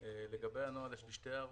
לגבי הנוהל.